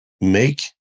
Make